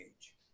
age